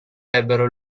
ebbero